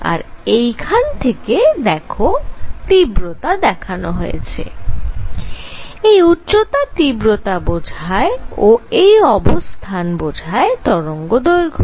আর এইখানে দেখো তীব্রতা দেখানো হয়েছে এই উচ্চতা তীব্রতা বোঝায় ও এই অবস্থান বোঝায় তরঙ্গদৈর্ঘ্য